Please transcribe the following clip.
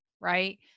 right